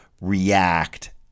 react